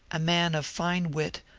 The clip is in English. a man of fine wit,